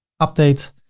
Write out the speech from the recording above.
update.